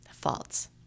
Faults